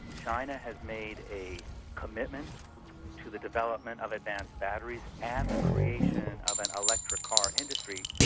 china has made a commitment to the development of advanced batteries and the creation of an electric car industry.